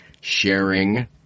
sharing